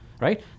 right